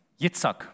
Yitzhak